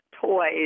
toys